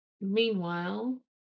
Meanwhile